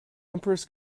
empress